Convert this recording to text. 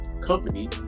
company